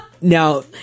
Now